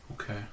Okay